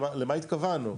למה התכוונו?